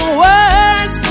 words